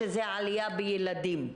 שזוהי עלייה לגבי ילדים.